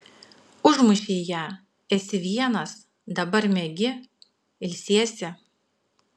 užmušei ją esi vienas dabar miegi ilsiesi